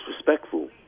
disrespectful